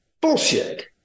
bullshit